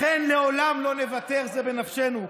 לכן לעולם לא נוותר, זה בנפשנו.